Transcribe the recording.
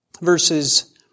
verses